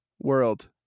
world